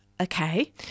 Okay